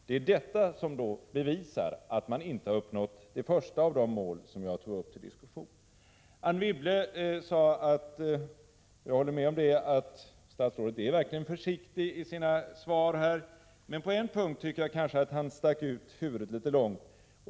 Det är detta som bevisar att man inte har uppnått det första av de mål som jag tog upp till diskussion. Anne Wibble sade att — jag håller med om det — statsrådet verkligen är försiktig i sitt svar. Men på en punkt tycker jag att han stack ut huvudet litet långt.